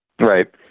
Right